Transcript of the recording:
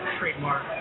trademark